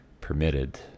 permitted